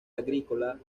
agrícola